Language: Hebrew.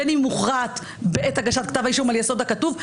בין אם הוחלט בעת הגשת כתב אישום על יסוד הכתוב,